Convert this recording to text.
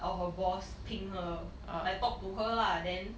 or her boss ping her I talk to her lah then